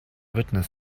witness